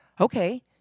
okay